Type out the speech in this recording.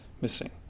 missing